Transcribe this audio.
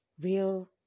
real